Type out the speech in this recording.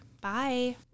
Bye